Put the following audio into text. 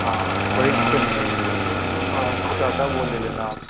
हाँ और एक आता है वो ले लेना आप